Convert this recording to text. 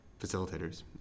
facilitators